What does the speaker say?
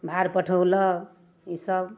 भार पठौलक ईसब